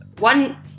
one